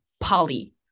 poly